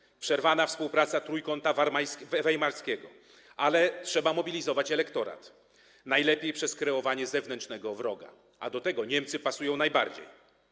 została przerwana współpraca Trójkąta Weimarskiego, ale trzeba mobilizować elektorat, najlepiej przez kreowanie zewnętrznego wroga, a do tego Niemcy pasują najbardziej.